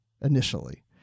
initially